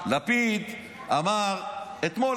לפיד אמר אתמול,